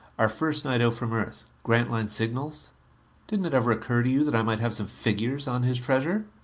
our first night out from earth grantline's signals didn't it ever occur to you that i might have some figures on his treasure?